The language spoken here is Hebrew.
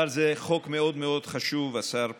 אבל זה חוק מאוד חשוב, השר פרץ.